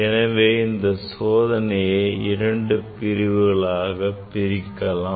எனவே இந்த சோதனையை இரண்டு பிரிவுகளாகப் பிரிக்கலாம்